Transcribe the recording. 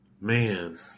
Man